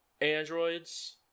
androids